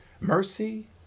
mercy